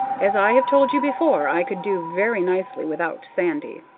as i have told you before, i could do very nicely without sandy.